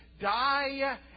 die